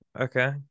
okay